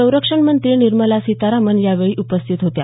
संरक्षणमंत्री निर्मला सीतारामन यावेळी उपस्थित होत्या